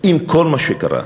עם כל מה שקרה.